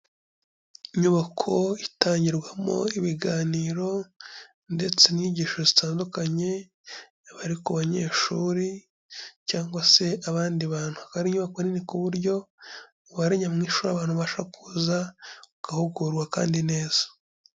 Inyubako itangirwamo ibiganiro ndetse n'inyigisho zitandukanye, yaba ari ku banyeshuri cyangwa se abandi bantu. Akaba ari inyubako nini ku buryo umubare nyamwinshi w'abantu bashobora kuza, bagahugurwa kandi neza.